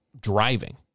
driving